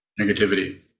negativity